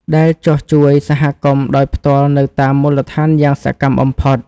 ដែលចុះជួយសហគមន៍ដោយផ្ទាល់នៅតាមមូលដ្ឋានយ៉ាងសកម្មបំផុត។